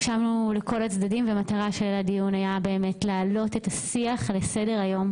הקשבנו לכל הצדדים והמטרה הייתה להעלות את השיח לסדר היום